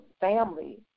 family